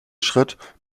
schritt